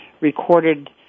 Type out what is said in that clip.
recorded